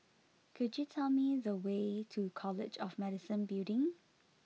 could you tell me the way to College of Medicine Building